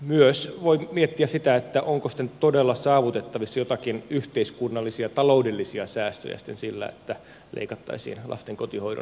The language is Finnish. myös voi miettiä sitä onko sitten todella saavutettavissa joitakin yhteiskunnallisia taloudellisia säästöjä sillä että leikattaisiin lasten kotihoidon tukea